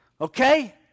Okay